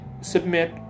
submit